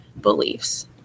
beliefs